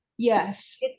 Yes